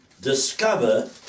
discover